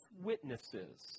witnesses